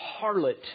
harlot